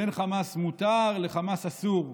בין חמאס מותר לחמאס אסור.